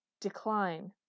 Decline